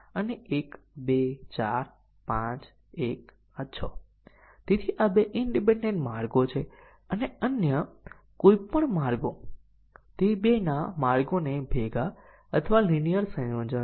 અને તેથી તેનો વ્યાપકપણે ઉપયોગ થાય છે અને તે ઘણા ટેસ્ટીંગ ધોરણો દ્વારા ફરજિયાત છે